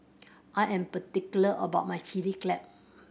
I am particular about my Chilli Crab